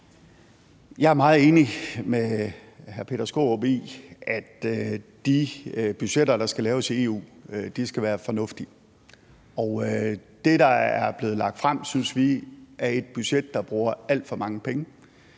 Jeg er meget enig med hr. Peter Skaarup i, at de budgetter, der skal laves i EU, skal være fornuftige. Det, der er blevet lagt frem, synes vi er et budget, der bruger alt for mange penge.